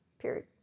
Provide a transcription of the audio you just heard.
period